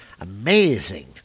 Amazing